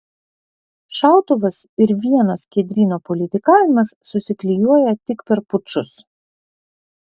šautuvas ir vieno skiedryno politikavimas susiklijuoja tik per pučus